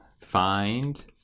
find